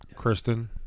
Kristen